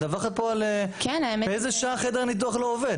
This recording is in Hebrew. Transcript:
את מדווחת על באיזה שעה חדר ניתוח לא עובד,